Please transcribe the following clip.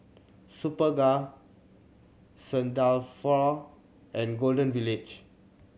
Superga Saint Dalfour and Golden Village